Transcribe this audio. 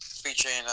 featuring